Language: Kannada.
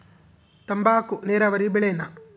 ತಂಬಾಕು ನೇರಾವರಿ ಬೆಳೆನಾ?